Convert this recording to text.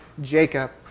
Jacob